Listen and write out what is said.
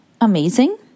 amazing